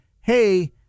hey